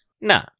No